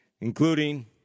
including